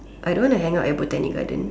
I don't want to hang out at Botanic gardens